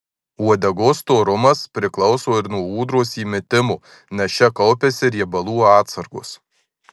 uodegos storumas priklauso ir nuo ūdros įmitimo nes čia kaupiasi riebalų atsargos